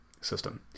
system